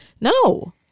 No